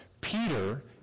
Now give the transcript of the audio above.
Peter